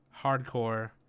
hardcore